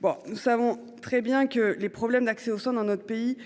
Bon, nous savons très bien que les problèmes d'accès aux soins dans notre pays.